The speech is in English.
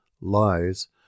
lies